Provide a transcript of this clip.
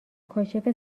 کاشف